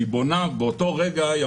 כשהיא בונה באותו רגע,